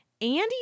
Andy